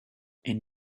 and